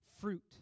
fruit